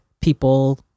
people